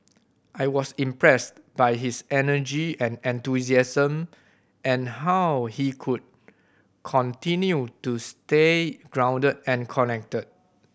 I was impressed by his energy and enthusiasm and how he could continued to stay grounded and connected